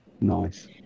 Nice